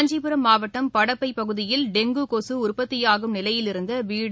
காஞ்சிபுரம் மாவட்டம் படப்பை பகுதியில் டெங்கு கொசு உற்பத்தியாகும் நிலையிலிருந்த வீடு